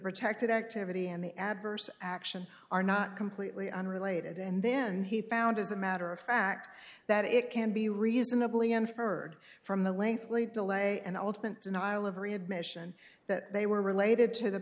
protected activity and the adverse action are not completely unrelated and then he found as a matter of fact that it can be reasonably inferred from the lengthly delay and ultimate denial of readmission that they were related to the